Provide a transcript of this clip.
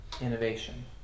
Innovation